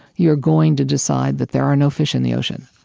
you are going to decide that there are no fish in the ocean.